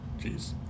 Jeez